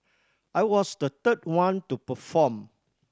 I was the third one to perform